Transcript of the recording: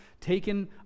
taken